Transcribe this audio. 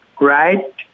right